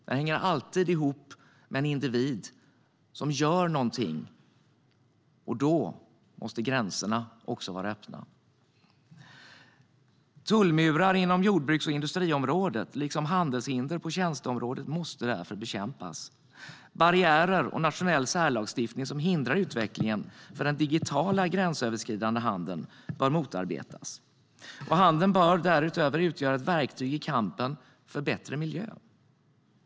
Den hänger alltid ihop med en individ som gör någonting. Då måste gränserna också vara öppna. Tullmurar inom jordbruks och industriområdet, liksom handelshinder på tjänsteområdet, måste därför bekämpas. Barriärer och nationell särlagstiftning som hindrar utvecklingen för den digitala gränsöverskridande handeln bör motarbetas. Handeln bör därutöver utgöra ett verktyg i kampen för bättre miljö.